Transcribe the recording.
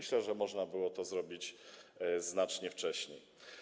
Myślę, że można było to zrobić znacznie wcześniej.